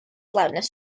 loudness